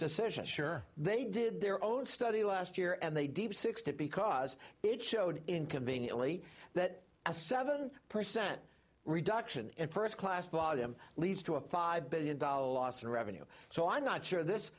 decision sure they did their own study last year and they deep sixed it because it showed inconveniently that a seven percent reduction in first class bottom leads to a five billion dollars loss in revenue so i'm not sure this